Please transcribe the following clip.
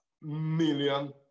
million